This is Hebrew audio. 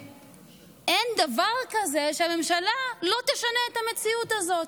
שאין דבר כזה שהממשלה לא תשנה את המציאות הזאת,